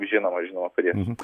žinoma žinoma padėsiu